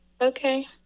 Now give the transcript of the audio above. Okay